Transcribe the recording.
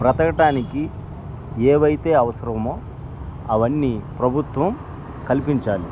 బతకటానికి ఏవైతే అవసరమో అవన్నీ ప్రభుత్వం కల్పించాలి